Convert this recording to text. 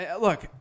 Look